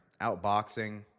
outboxing